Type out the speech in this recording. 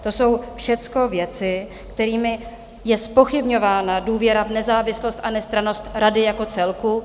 To jsou všecko věci, kterými je zpochybňována důvěra v nezávislost a nestrannost rady jako celku.